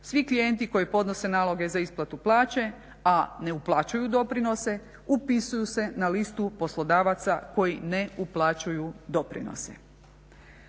Svi klijenti koji podnose naloge za isplatu plaće, a ne uplaćuju doprinose upisuju se na listu poslodavaca koji ne uplaćuju doprinose.